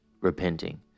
repenting